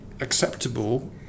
acceptable